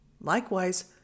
Likewise